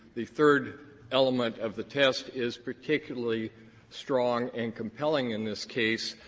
the third element of the test is particularly strong and compelling in this case,